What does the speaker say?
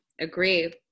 Agree